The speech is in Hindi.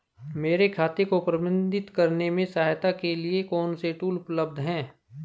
मेरे खाते को प्रबंधित करने में सहायता के लिए कौन से टूल उपलब्ध हैं?